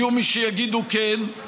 יהיו מי שיגידו: כן,